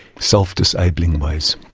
self-disabling ways.